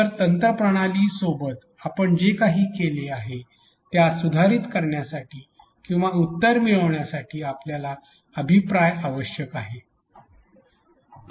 तर तंत्रप्रणाली सोबत आपण जे काही केले आहे त्यास सुधारित करण्यासाठी किंवा उत्तर मिळवण्यासाठी आपल्याला अभिप्राय आवश्यक आहे